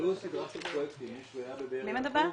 נקבעו סדרת פרויקטים --- מי מדבר?